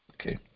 okay